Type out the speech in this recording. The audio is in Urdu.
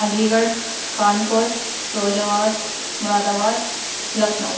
Ali Garh Kanpur Firozabad Moradabad Lucknow